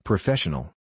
Professional